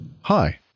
Hi